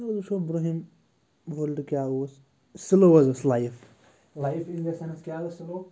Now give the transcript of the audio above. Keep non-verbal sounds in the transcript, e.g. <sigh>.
<unintelligible> وٕچھو برٛونٛہِم وٲلڈٕ کیٛاہ اوس سٕلو حظ ٲس life life in the sense کیاہ ٲس سٕلو